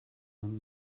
one